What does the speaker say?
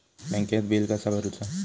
बँकेत बिल कसा भरुचा?